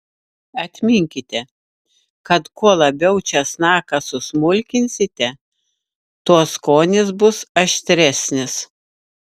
atminkite kad kuo labiau česnaką susmulkinsite tuo skonis bus aštresnis